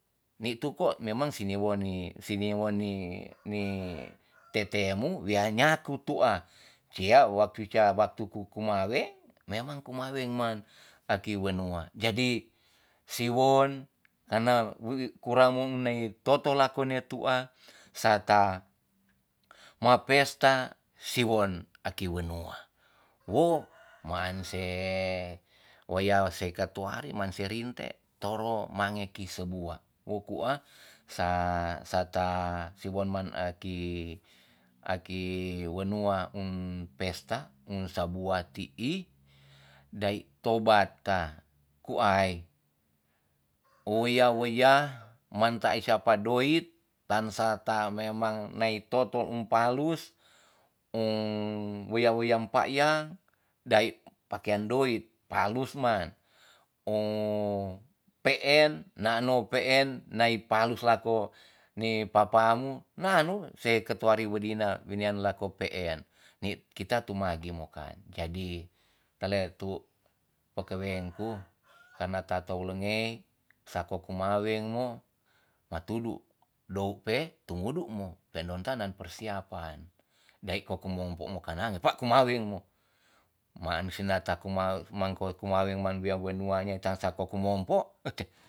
Nitu kwa memang sini woni sini woni ni tete mu wea nyaku tu'a sia waktu sia waktu ku kumaweng memang kumaweng man aki wenua jadi siwon tana wu kuramong nae totola kone tu'a sata ma pesta siwon aki wenua wo manse wea seka tuari manse rinte toro mange ki sebua wo ku a sa sata siwon man aki- aki wenua um pesta um sabua ti'i dai tobata kuai o wea wea manta e sia pa doit tan sata memang nai toto umpalus um wea wea empakyan dae pakean doit palus man o pe'en nano pe'en nai palus lako ni papa mu nanu se ketuari wedina wenian lako pe'en ni kita tumagi mokan jadi tleh tu pakewengku karna tato lengei sako kumaweng mo matudu dou pe tumudu mo pe'ndon tanan persiapan dae ko kumompo mokana pa kumaweng mo manse nata kuma mangku kumaweng man wea wanua nia sako kumpompo